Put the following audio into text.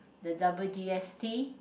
the double g_s_t